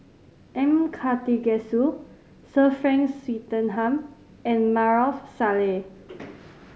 M Karthigesu Sir Frank Swettenham and Maarof Salleh